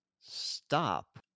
stop